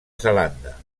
zelanda